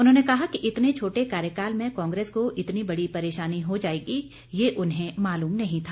उन्होंने कहा कि इतने छोटे कार्यकाल में कांग्रेस को इतनी बड़ी परेशानी हो जाएगी ये उन्हें मालूम नहीं था